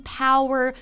power